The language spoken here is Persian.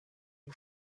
این